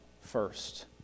first